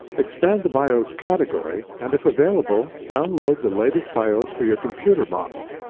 expand the bios category, and if available, download the latest bios for your computer model.